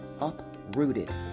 uprooted